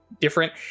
different